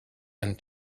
and